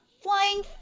flying